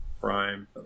Prime